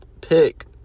pick